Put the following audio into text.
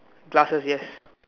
glasses yes